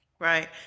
Right